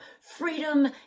freedom